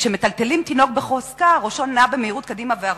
וכשמטלטלים תינוק בחוזקה ראשו נע במהירות קדימה ואחורה.